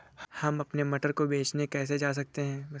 हम अपने मटर को बेचने कैसे जा सकते हैं?